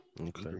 Okay